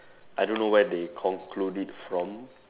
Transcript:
I don't know where they conclude it from